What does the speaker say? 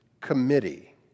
committee